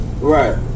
Right